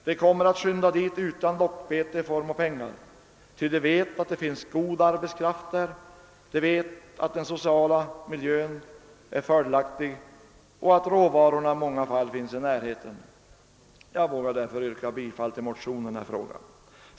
De kommer att skynda dit utan lockbete i form av pengar, ty de vet att det finns god arbetskraft där, de vet att den sociala miljön är fördelaktig och att råvarorna i många fall finns i närheten. Jag yrkar därför bifall till motionerna i fråga.